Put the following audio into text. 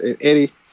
Eddie